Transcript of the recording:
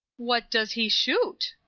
what does he shoot?